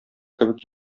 кебек